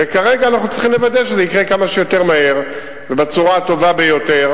וכרגע אנחנו צריכים לוודא שזה יקרה כמה שיותר מהר ובצורה הטובה ביותר,